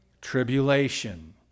tribulation